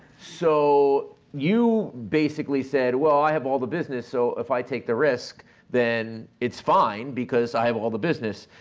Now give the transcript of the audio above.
so you basically said, well i have all the business so if i take the risk then it's fine, because i have all the business,